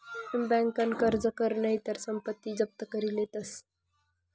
बँकन कर्ज कर नही तर संपत्ती जप्त करी लेतस